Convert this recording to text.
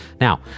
Now